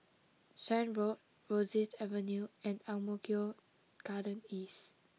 Shan Road Rosyth Avenue and Ang Mo Kio Garden East